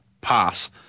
pass